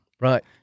Right